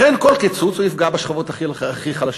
לכן, כל קיצוץ יפגע בשכבות הכי חלשות.